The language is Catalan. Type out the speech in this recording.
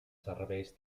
serveis